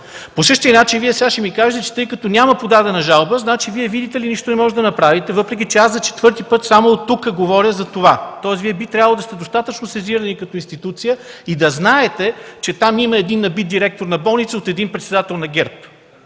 По същия начин сега Вие ще ми кажете, че тъй като няма подадена жалба, Вие, видите ли, нищо не можете да направите, въпреки че аз за четвърти път оттук говоря за това. Тоест Вие би трябвало да сте достатъчно сезирани като институция и да знаете, че там има един набит директор на болница от един председател на ГЕРБ,